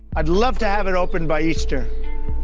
i'd love to have it open by easter.